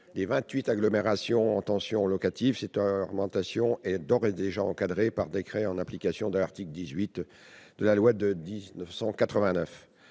agglomérations en tension locative, cette augmentation est d'ores et déjà encadrée par décret, en application de l'article 18 de la loi de 1989.